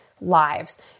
lives